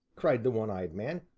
cried the one-eyed man,